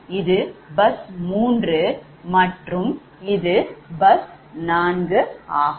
இது bus 3 மற்றும் இது bus4 ஆகும்